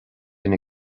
ina